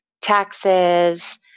taxes